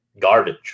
garbage